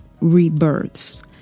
rebirths